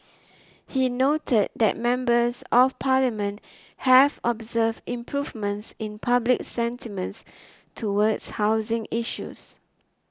he noted that Members of Parliament have observed improvements in public sentiments towards housing issues